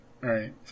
Right